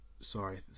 Sorry